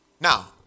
Now